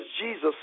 Jesus